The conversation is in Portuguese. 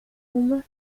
uma